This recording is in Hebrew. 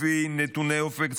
לפי נתוני אופק צפוני,